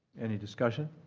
any discussion?